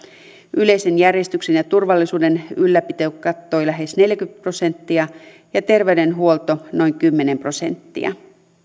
yleisen järjestyksen ja turvallisuuden ylläpito kattoi lähes neljäkymmentä prosenttia ja terveydenhuolto noin kymmenen prosenttia